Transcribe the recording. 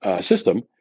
system